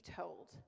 told